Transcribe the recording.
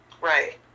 Right